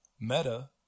Meta